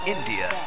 India